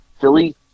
Philly